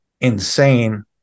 insane